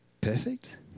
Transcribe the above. perfect